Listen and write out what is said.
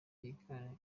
bijyanye